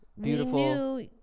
beautiful